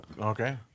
okay